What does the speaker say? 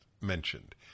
mentioned